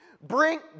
Bring